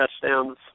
touchdowns